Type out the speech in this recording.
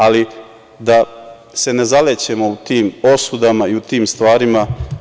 Ali, da se ne zalećemo u tim osudama i tim stvarima.